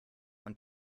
und